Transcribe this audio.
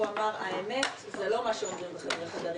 הוא אמר: האמת זה לא מה שאומרים בחדרי חדרים,